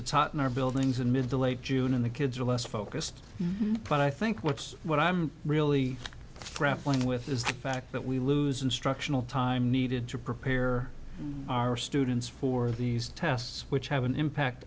in our buildings in mid to late june and the kids are less focused but i think what's what i'm really grappling with is the fact that we lose instructional time needed to prepare our students for these tests which have an impact